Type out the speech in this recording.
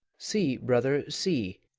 see, brother, see!